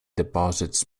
deposits